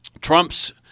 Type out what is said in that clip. Trumps